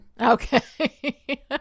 Okay